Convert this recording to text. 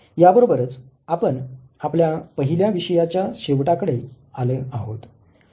या बरोबरच आपण आपल्या पहिल्या विषयाच्या शेवटाकडे आले आहोत